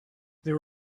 there